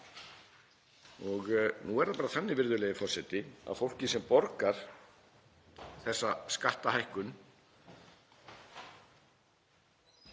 Nú er það bara þannig, virðulegi forseti, að fólkinu sem borgar þessa skattahækkun